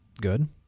Good